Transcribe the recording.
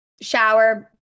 shower